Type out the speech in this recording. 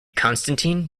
constantine